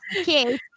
okay